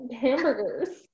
hamburgers